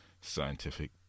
scientific